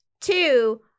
Two